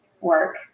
work